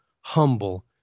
humble